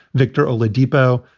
victor oladipo,